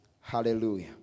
Hallelujah